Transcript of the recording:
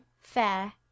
fair